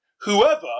Whoever